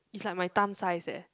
is like my thumb size eh